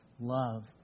love